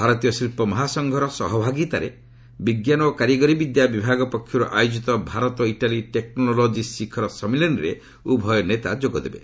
ଭାରତୀୟ ଶିଳ୍ପ ମହାସଂଘର ସହଭାଗିତାରେ ବିଜ୍ଞାନ ଓ କାରିଗରି ବିଦ୍ୟା ବିଭାଗ ପକ୍ଷରୁ ଆୟୋଜିତ ଭାରତ ଇଟାଲୀ ଟେକ୍ରୋଲୋଜି ଶୀଖର ସମ୍ମିଳନୀରେ ଉଭୟ ନେତା ଯୋଗ ଦେବେ